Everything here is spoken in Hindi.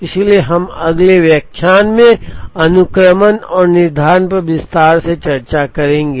इसलिए हम अगले व्याख्यान में अनुक्रमण और निर्धारण पर विस्तार से चर्चा करेंगे